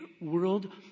world